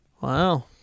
Wow